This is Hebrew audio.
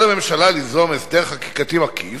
על הממשלה ליזום הסדר חקיקתי מקיף,